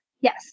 Yes